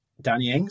Danny